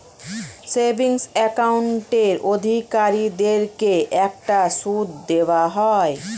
savings অ্যাকাউন্টের অধিকারীদেরকে একটা সুদ দেওয়া হয়